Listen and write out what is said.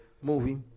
movie